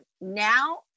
now